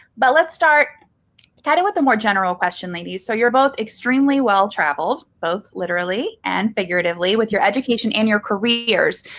but let's start kind of with the more general question, ladies. so you're both extremely well-traveled, both literally and figuratively, with your education and your careers.